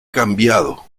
cambiado